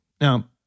Now